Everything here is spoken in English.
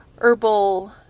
herbal